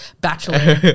bachelor